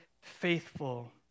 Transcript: faithful